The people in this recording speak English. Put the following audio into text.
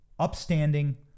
upstanding